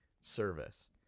service